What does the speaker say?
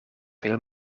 veel